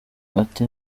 ati